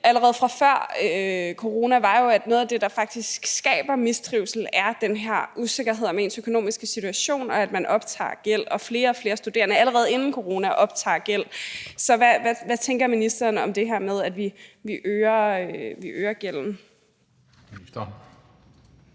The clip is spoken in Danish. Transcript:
allerede kunne se før corona, er jo, at noget af det, der faktisk skaber mistrivsel, er den her usikkerhed om den økonomiske situation, og allerede inden corona optog flere og flere studerende lån. Så hvad tænker ministeren om det her med, at vi øger muligheden